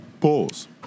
Pause